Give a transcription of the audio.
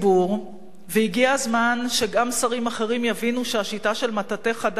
והגיע הזמן שגם שרים אחרים יבינו שהשיטה של מטאטא חדש היא שיטה פסולה.